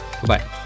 Goodbye